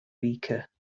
weaker